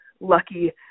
lucky